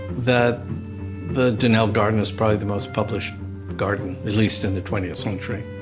the the donnell garden is probably the most published garden, at least in the twentieth century.